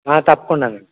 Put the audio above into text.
తప్పకుండా అండి